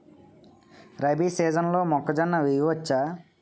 రబీ సీజన్లో మొక్కజొన్న వెయ్యచ్చా?